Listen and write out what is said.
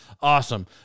awesome